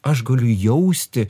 aš galiu jausti